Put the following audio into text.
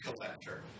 collector